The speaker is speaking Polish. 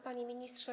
Panie Ministrze!